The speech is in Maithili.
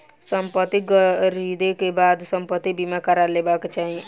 संपत्ति ख़रीदै के बाद संपत्ति बीमा करा लेबाक चाही